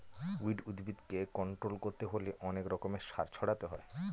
weed উদ্ভিদকে control করতে হলে অনেক রকমের সার ছড়াতে হয়